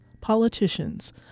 politicians